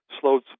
slowed